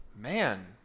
man